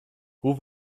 hoe